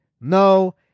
no